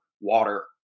water